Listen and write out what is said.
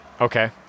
Okay